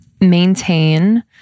maintain